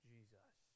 Jesus